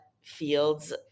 fields